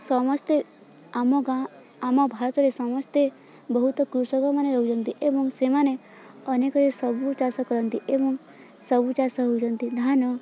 ସମସ୍ତେ ଆମ ଗାଁ ଆମ ଭାରତରେ ସମସ୍ତେ ବହୁତ କୃଷକମାନେ ରହୁଛନ୍ତି ଏବଂ ସେମାନେ ଅନେକରେ ସବୁ ଚାଷ କରନ୍ତି ଏବଂ ସବୁ ଚାଷ ହେଉଛି ଧାନ